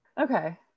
Okay